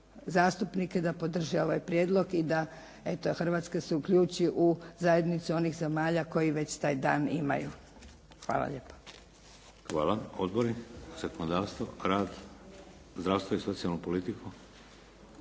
zastupnike da podrže ovaj prijedlog i da, eto Hrvatska se uključi u zajednicu onih zemalja koji već taj dan imaju. Hvala lijepa. **Šeks, Vladimir (HDZ)** Hvala. Odbori za zakonodavstvo? Rad? Zdravstvo i socijalnu politiku?